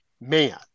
man